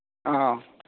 ꯑꯧ